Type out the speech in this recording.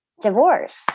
divorce